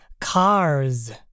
Cars